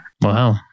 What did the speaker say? Wow